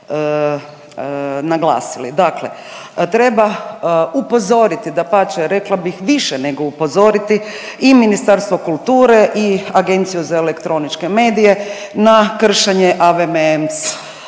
naglasili. Dakle, treba upozoriti, dapače rekla bih više nego upozoriti i Ministarstvo kulture i Agenciju za elektroničke medije na kršenje AVMS